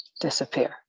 disappear